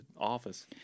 office